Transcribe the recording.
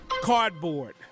Cardboard